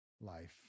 life